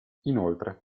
inoltre